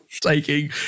taking